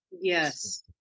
yes